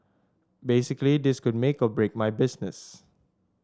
basically this could make or break my business